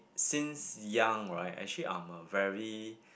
since young right actually I'm a very